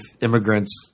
immigrants